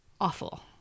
awful